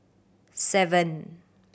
seven